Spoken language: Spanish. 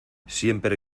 siempre